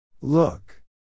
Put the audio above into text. Look